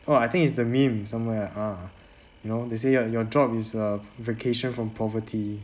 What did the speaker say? !wah! I think it's the meme somewhere ah you know they say your your job is a vacation from poverty